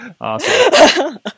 Awesome